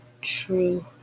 true